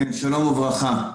שלום וברכה.